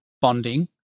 bonding